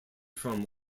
from